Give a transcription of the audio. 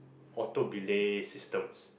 auto belay systems